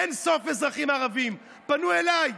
אין סוף אזרחים ערבים פנו אליי,